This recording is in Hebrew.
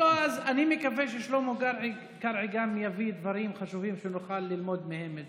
אני מקווה ששלמה קרעי גם יביא דברים חשובים שנוכל ללמוד מהם.